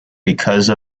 because